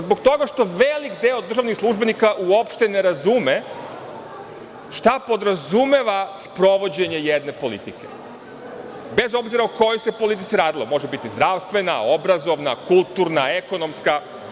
Zbog toga što veliki deo državnih službenika uopšte ne razume šta podrazumeva sprovođenje jedne politike, bez obzira o kojoj se politici radilo, može biti zdravstvena, obrazovna, kulturna, ekonomska.